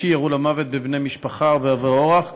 יושבת-ראש ועדת הפנים והגנת הסביבה חברת הכנסת מירי רגב.